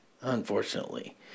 unfortunately